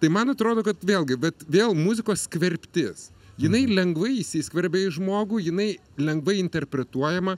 tai man atrodo kad vėlgi bet vėl muzikos skverbtis jinai lengvai įsiskverbia į žmogų jinai lengvai interpretuojama